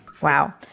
Wow